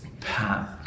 path